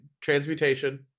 transmutation